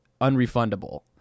unrefundable